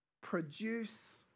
Produce